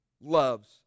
loves